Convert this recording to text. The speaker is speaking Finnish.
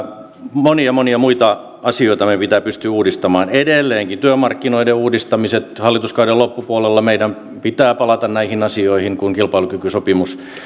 monia monia muita asioita meidän pitää pystyä uudistamaan edelleenkin työmarkkinoiden uudistamiset hallituskauden loppupuolella meidän pitää palata näihin asioihin kun kilpailukykysopimus